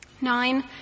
Nine